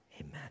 Amen